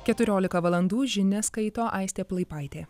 keturiolika valandų žinias skaito aistė plaipaitė